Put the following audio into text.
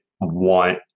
want